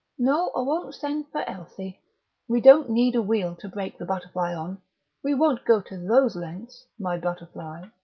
no, i won't send for elsie we don't need a wheel to break the butterfly on we won't go to those lengths, my butterfly.